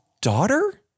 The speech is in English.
daughter